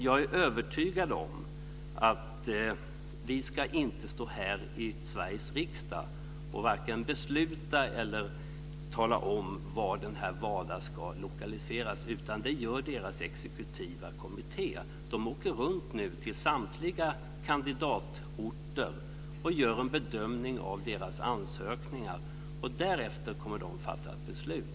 Jag är övertygad om att vi inte ska stå här i Sveriges riksdag och tala om var WADA ska lokaliseras. Det gör deras exekutiva kommitté. De åker runt till samtliga kandidatorter och gör en bedömning av ansökningarna. Därefter kommer de att fatta beslut.